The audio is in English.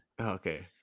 Okay